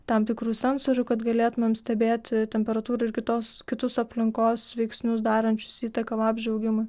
tam tikrų sensorių kad galėtumėm stebėti temperatūrą ir kitos kitus aplinkos veiksnius darančius įtaką vabzdžio augimui